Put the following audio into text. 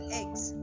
eggs